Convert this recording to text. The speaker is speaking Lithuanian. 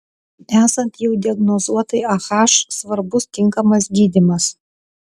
esant jau diagnozuotai ah svarbus tinkamas gydymas